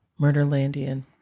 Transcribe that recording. Murderlandian